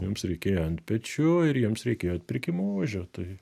jiems reikėjo antpečių ir jiems reikėjo atpirkimo ožio tai